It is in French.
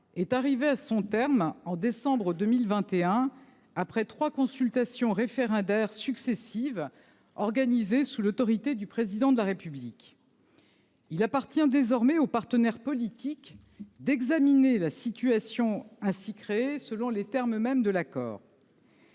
est arrivé à son terme au mois de décembre 2021, après trois consultations référendaires successives organisées sous l'autorité du Président de la République. Il appartient désormais aux partenaires politiques d'examiner la situation ainsi créée selon les termes mêmes de l'accord.